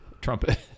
Trumpet